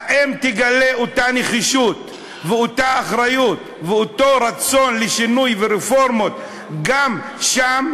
האם תגלה אותה נחישות ואותה אחריות ואותו רצון לשינוי ולרפורמות גם שם,